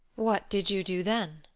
what did you do then?